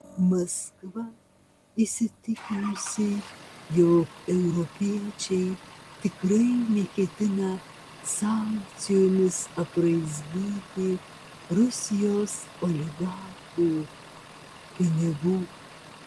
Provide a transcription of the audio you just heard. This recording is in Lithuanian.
maskva įsitikinusi jog europiečiai tikrai neketina sankcijomis apraizgyti rusijos oligarchų pinigų